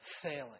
failing